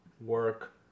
work